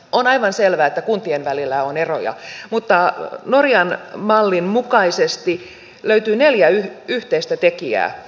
on aivan selvää että kuntien välillä on eroja mutta norjan mallin mukaisesti löytyy neljä yhteistä tekijää